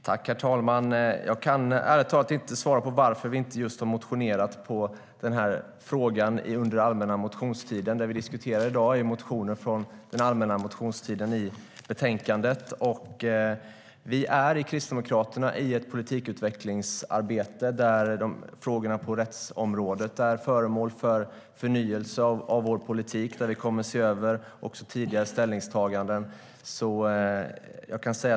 Herr talman! Jag kan ärligt talat inte svara på varför vi inte har motionerat om den här frågan under allmänna motionstiden. Det vi diskuterar i dag är ju motioner från den allmänna motionstiden. Vi är i Kristdemokraterna i ett politikutvecklingsarbete där frågorna på rättsområdet är föremål för förnyelse av vår politik. Vi kommer att se över också tidigare ställningstaganden.